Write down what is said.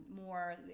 more